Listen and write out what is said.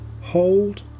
hold